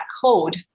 code